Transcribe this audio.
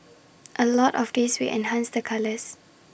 A lot of this we enhanced the colours